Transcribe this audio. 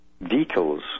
vehicles